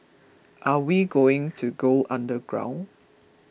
are we going to go underground